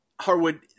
Harwood